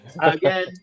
again